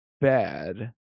bad